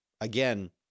again